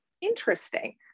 interesting